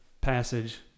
passage